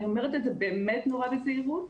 אני אומרת את זה באמת נורא בזהירות,